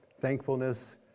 thankfulness